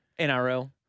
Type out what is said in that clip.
NRL